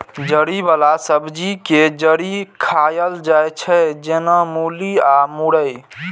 जड़ि बला सब्जी के जड़ि खाएल जाइ छै, जेना मूली या मुरइ